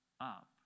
up